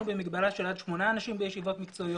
מגבלה של עשרה אנשים גם במקומות עבודה וגם בישיבות מקצועיות.